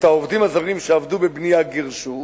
את העובדים הזרים שעבדו בבנייה גירשו.